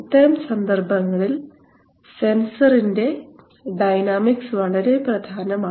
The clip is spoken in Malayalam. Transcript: ഇത്തരം സന്ദർഭങ്ങളിൽ സെൻസറിന്റെ ഡൈനാമിക്സ് വളരെ പ്രധാനമാണ്